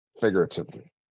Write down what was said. figuratively